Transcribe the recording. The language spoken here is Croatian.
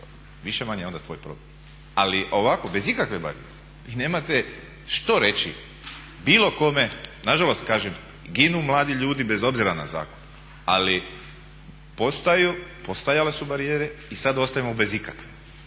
poštuješ, više-manje onda tvoj problem. ali ovako bez ikakve … vi nemate što reći bilo kome. Nažalost kažem ginu mladi ljudi bez obzira na zakon, ali postojale su barijere i sada ostajemo bez ikakve